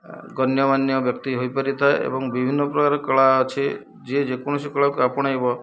ଗଣ୍ୟମାନ୍ୟ ବ୍ୟକ୍ତି ହୋଇପାରିଥାଏ ଏବଂ ବିଭିନ୍ନ ପ୍ରକାର କଳା ଅଛି ଯିଏ ଯେକୌଣସି କଳାକୁ ଆପଣାଇବ